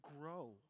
grow